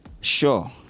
sure